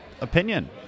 opinion